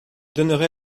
donnerai